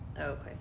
okay